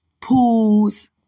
pools